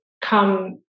come